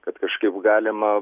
kad kažkaip galima